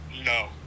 no